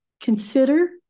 Consider